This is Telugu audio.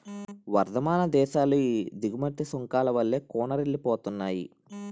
వర్థమాన దేశాలు ఈ దిగుమతి సుంకాల వల్లే కూనారిల్లిపోతున్నాయి